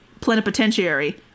plenipotentiary